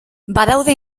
badaude